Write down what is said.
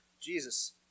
Jesus